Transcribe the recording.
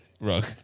Rug